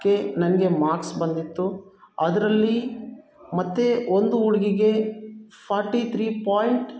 K ನನಗೆ marks ಬಂದಿತ್ತು ಅದರಲ್ಲಿ ಮತ್ತು ಒಂದು ಹುಡ್ಗಿಗೆ ಫಾಟ್ಟಿ ತ್ರೀ ಪಾಯಿಂಟ್